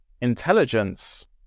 intelligence